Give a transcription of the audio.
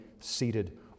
seated